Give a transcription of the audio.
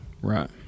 Right